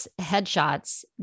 headshots